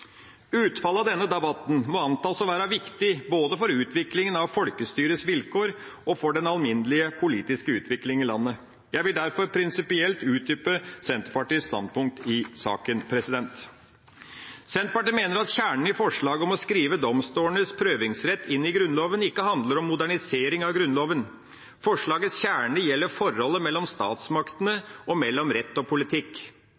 Utfallet av denne debatten må antas å være viktig både for utviklinga av folkestyrets vilkår og for den alminnelige politiske utvikling i landet. Jeg vil derfor prinsipielt utdype Senterpartiets standpunkt i saken. Senterpartiet mener at kjernen i forslaget om å skrive domstolenes prøvingsrett inn i Grunnloven ikke handler om modernisering av Grunnloven. Forslagets kjerne gjelder forholdet mellom statsmaktene og mellom rett og politikk.